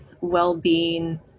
well-being